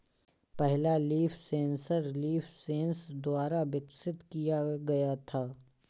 पहला leaf sensor LeafSens द्वारा विकसित किया गया था